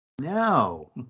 No